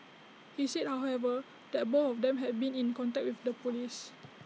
he said however that both of them had been in contact with the Police